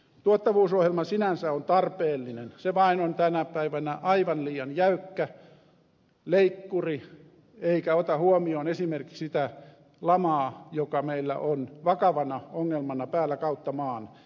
tuottavuusohjelma sinänsä on tarpeellinen se vain on tänä päivänä aivan liian jäykkä leikkuri eikä ota huomioon esimerkiksi sitä lamaa joka meillä on vakavana ongelmana päällä kautta maan